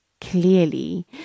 Clearly